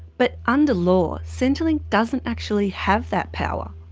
but under law centrelink doesn't actually have that power.